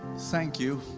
thank you